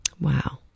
Wow